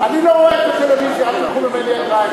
אני לא רואה טלוויזיה, אל תיקחו ממני אגרה.